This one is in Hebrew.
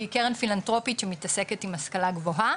שהיא קרן פילנטרופית שמתעסקת עם השכלה גבוהה.